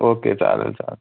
okay चालेल चालेल